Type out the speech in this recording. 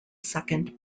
second